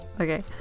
Okay